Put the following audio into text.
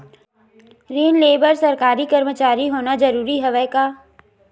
ऋण ले बर सरकारी कर्मचारी होना जरूरी हवय का?